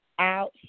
out